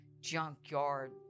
junkyard